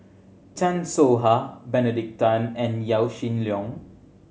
Chan Soh Ha Benedict Tan and Yaw Shin Leong